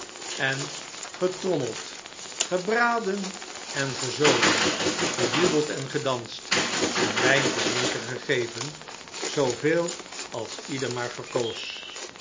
sprookjes meld gebraden en gezoden gejubeld en gedanst en wijn te drinken gegeven zooveel als ieder maar verkoos